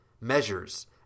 Measures